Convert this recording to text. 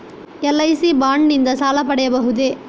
LIC bond ನಿಂದ ಸಾಲ ಪಡೆಯಬಹುದೇ?